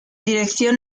dirección